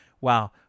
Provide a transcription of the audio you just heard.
Wow